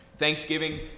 Thanksgiving